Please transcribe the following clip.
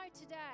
today